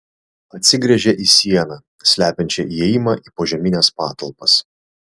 atsigręžė į sieną slepiančią įėjimą į požemines patalpas